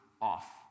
off